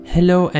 Hello